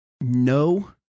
No